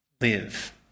live